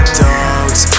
dogs